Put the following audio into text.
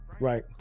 Right